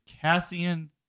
Cassian